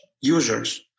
users